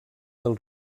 del